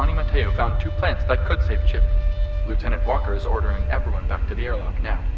um mateo found two plants that could save chip lieutenant walker is ordering everyone back to the airlock, now